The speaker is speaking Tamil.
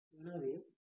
எனவே 5